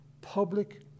Public